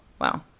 Wow